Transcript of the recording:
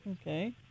Okay